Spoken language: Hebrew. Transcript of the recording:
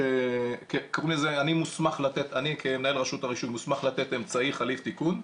אני כמנהל רשות הרישוי מוסמך לתת אמצעי חליף תיקון.